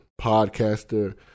podcaster